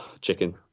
Chicken